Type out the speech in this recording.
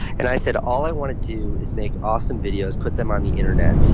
and i said, all i want to do is make awesome videos, put them on the internet,